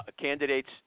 candidates